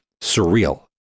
surreal